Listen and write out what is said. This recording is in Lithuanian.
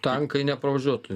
tankai nepravažiuotų